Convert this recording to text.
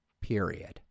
period